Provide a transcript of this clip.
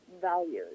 values